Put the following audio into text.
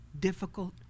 difficult